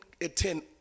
attend